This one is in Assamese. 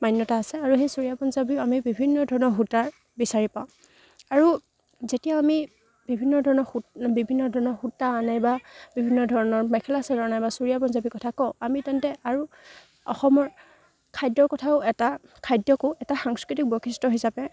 মান্যতা আছে আৰু সেই চুৰিয়া পঞ্জাৱীও আমি বিভিন্ন ধৰণৰ সূতাৰ বিচাৰি পাওঁ আৰু যেতিয়া আমি বিভিন্ন ধৰণৰ সূত বিভিন্ন ধৰণৰ সূতা আনে বা বিভিন্ন ধৰণৰ মেখেলা চাদৰ বা চুৰিয়া পঞ্জাৱী কথা কওঁ আমি তেন্তে আৰু অসমৰ খাদ্যৰ কথাও এটা খাদ্যকো এটা সাংস্কৃতিক বৈশিষ্ট্য হিচাপে